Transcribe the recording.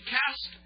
cast